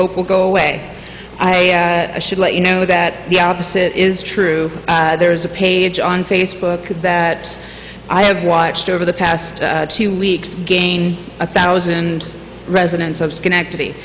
hope will go away i should let you know that the opposite is true there is a page on facebook that i have watched over the past two weeks gain a thousand residents of schenectady